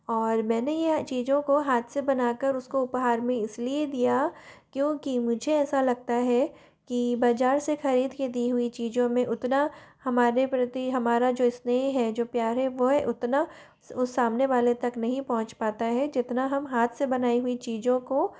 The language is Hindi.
और मैंने यह चीज़ों को हाथ से बना कर उसको उपहार में इसलिए दिया क्योंकि मुझे ऐसा लगता है की बाज़ार से खरीद कर दी हुई चीज़ों में उतना हमारे प्रति हमारा जो स्नेह है जो प्यार है वह उतना सामने वाले तक नहीं पहुँच पाता है जितना हम हाथ से बनाई हुई चीज़ों को